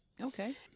okay